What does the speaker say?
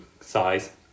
size